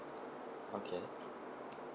okay